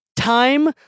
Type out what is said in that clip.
Time